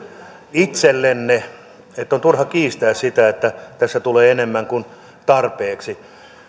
itsellenne niin että on turha kiistää sitä että tässä tulee enemmän kuin tarpeeksi